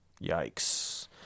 Yikes